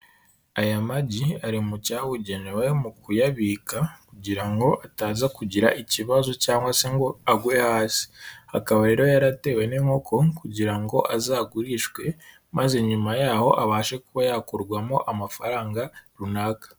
Aya magi ari mu cyabugenewe mu kuyabika kugira ngo ataza kugira ikibazo cyangwa se ngo agwe hasi. Akaba rero yaratewe n'inkoko kugira ngo azagurishwe maze nyuma yaho abashe kuba yakurwamo amafaranga runaka.